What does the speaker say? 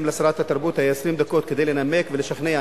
אם לשרת התרבות היו 20 דקות כדי לנמק ולשכנע,